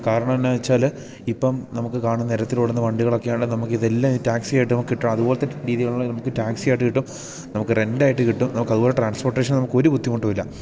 കാരണം എന്നു വെച്ചാൽ ഇപ്പം നമുക്ക് കാണുന്ന നിരത്തിലോടുന്ന വണ്ടികളൊക്കെയാണ് നമുക്കിതെല്ലാം ഈ ടാക്സിയായിട്ട് നമുക്ക് കിട്ടും അതുപോലെത്തെ രീതികളാണ് നമുക്ക് ടാക്സിയായിട്ട് കിട്ടും നമുക്ക് റെൻ്റിനായിട്ട് കിട്ടും നമുക്ക് അതുപോലെ ട്രാൻസ്പോട്ടേഷന് നമുക്ക് ഒരു ബുദ്ധിമുട്ടും ഇല്ല